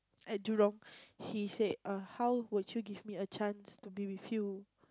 at Jurong he said uh how could you give me a chance to be with you